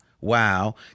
Wow